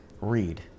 read